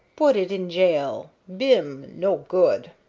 put it in jail. bim! no good!